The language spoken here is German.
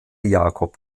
jakob